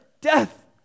death